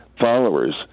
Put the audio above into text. followers